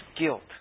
guilt